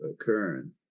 occurring